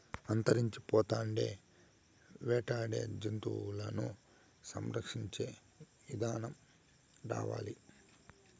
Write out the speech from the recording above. అంతరించిపోతాండే వేటాడే జంతువులను సంరక్షించే ఇదానం రావాలి